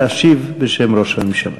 להשיב בשם ראש הממשלה.